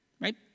right